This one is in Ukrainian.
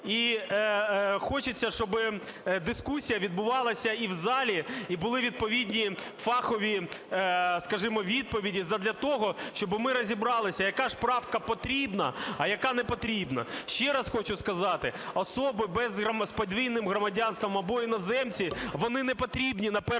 і хочеться, щоби дискусія відбувалася і в залі, і були відповідні фахові, скажімо, відповіді задля того, щоби ми розібралися, яка ж правка потрібна, а яка не потрібна. Ще раз хочу сказати, особи без … з подвійним громадянством або іноземці, вони не потрібні на першому